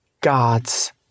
God's